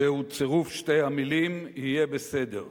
זהו צירוף שתי המלים 'יהיה בסדר'.